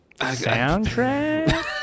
Soundtrack